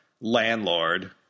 landlord